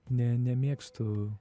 ne nemėgstu